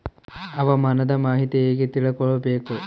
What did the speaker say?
ಹವಾಮಾನದ ಮಾಹಿತಿ ಹೇಗೆ ತಿಳಕೊಬೇಕು?